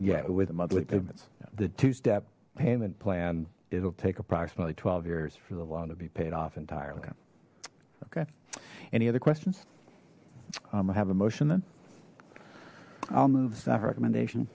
yeah with the monthly payments the two step payment plan it'll take approximately twelve years for the loan to be paid off entirely okay any other questions i have a motion then i'll move the staff recommendation